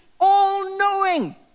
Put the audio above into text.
All-knowing